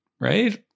right